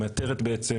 שמאתרת בעצם,